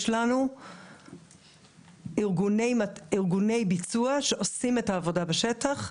יש לנו ארגוני ביצוע שעושים את העבודה בשטח,